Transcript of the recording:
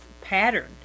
pattern